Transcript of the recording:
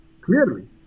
clearly